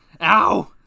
Ow